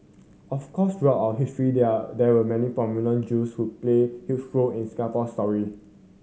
of course throughout our history there are there were many prominent Jews who played huge role in the Singapore story